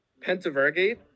Pentavergate